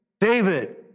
David